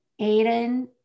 Aiden